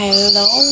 Hello